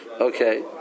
okay